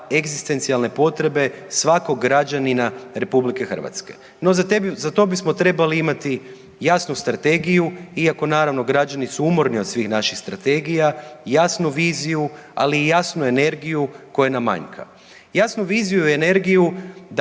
egzistencijalne potrebe svakog građanina RH. No, za to bismo trebali imati jasnu strategiju, iako naravno, građani su umorni od svih naših strategija, jasnu viziju, ali i jasnu energiju koja nam manjka. Jasnu viziju i energiju da